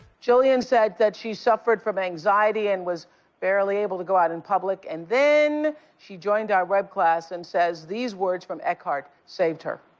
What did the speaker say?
jillian said that she suffered from anxiety and was barely able to go out in public and then she joined our web class and says these words from eckhart saved her.